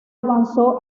avanzó